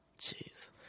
Jeez